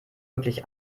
wirklich